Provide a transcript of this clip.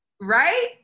right